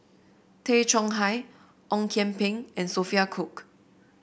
Tay Chong Hai Ong Kian Peng and Sophia Cooke